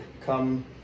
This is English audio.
Come